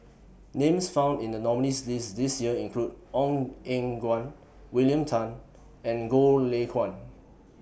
Names found in The nominees' list This Year include Ong Eng Guan William Tan and Goh Lay Kuan